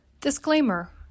Disclaimer